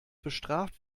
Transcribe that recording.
bestraft